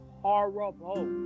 horrible